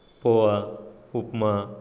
poha upma